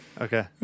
Okay